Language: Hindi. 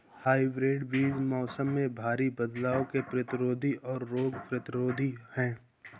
हाइब्रिड बीज मौसम में भारी बदलाव के प्रतिरोधी और रोग प्रतिरोधी हैं